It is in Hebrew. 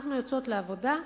אנחנו יוצאות לעבודה,